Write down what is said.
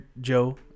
Joe